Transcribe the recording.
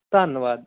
ਧੰਨਵਾਦ